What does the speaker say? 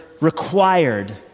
required